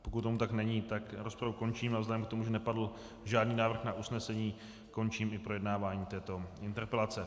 Pokud tomu tak není, tak rozpravu končím a vzhledem k tomu, že nepadl žádný návrh na usnesení, končím i projednávání této interpelace.